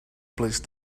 placed